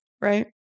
Right